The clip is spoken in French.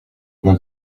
mon